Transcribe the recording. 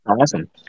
awesome